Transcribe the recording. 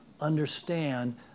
understand